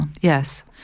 yes